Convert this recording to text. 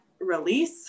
release